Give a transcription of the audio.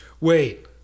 Wait